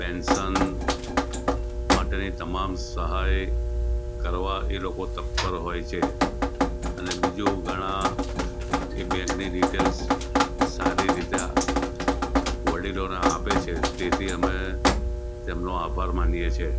pension માટેની તમામ સહાય કરવા એ લોકો તત્પર હોય છે અને બીજો ઘણા એ બેંકની ડિટેલ્સ સારી રીતે આ વડીલોને આપે છે તેથી અમે તેમનો આભાર માનીએ છીએ